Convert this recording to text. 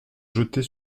jeter